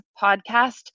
Podcast